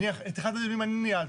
את אחד הדיונים אני ניהלתי.